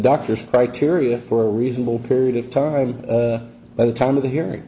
doctor's criteria for a reasonable period of time by the time of the hearing